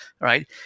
Right